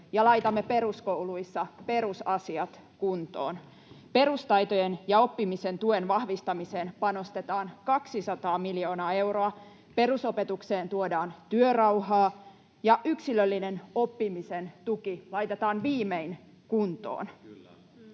ja laitamme peruskouluissa perusasiat kuntoon. Perustaitojen ja oppimisen tuen vahvistamiseen panostetaan 200 miljoonaa euroa, perusopetukseen tuodaan työrauhaa, ja yksilöllinen oppimisen tuki laitetaan viimein kuntoon.